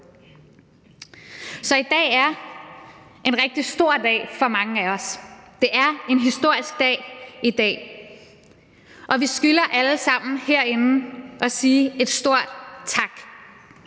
Så i dag er en rigtig stor dag for mange af os. Det er en historisk dag i dag, og vi skylder alle sammen herinde at sige en stor tak: